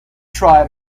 try